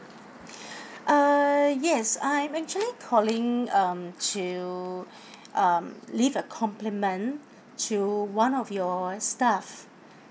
uh yes I am actually calling um to uh leave a compliment to one of your staff